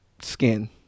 Skin